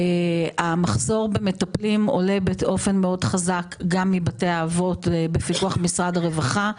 המחסור במטפלים עולה באופן מאוד חזק גם מבתי האבות בפיקוח משרד הרווחה.